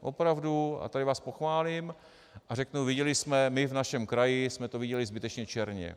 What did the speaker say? Opravdu tady vás pochválím a řeknu: Viděli jsme, my v našem kraji jsme to viděli zbytečně černě.